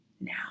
Now